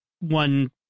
one